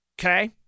okay